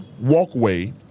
walkway